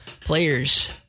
players